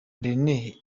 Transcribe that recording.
rene